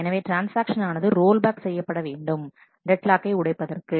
எனவே ட்ரான்ஸ்ஆக்ஷன் ஆனது ரோல்பேக் செய்யப்படவேண்டும் டெட் லாக்கை உடைப்பதற்கு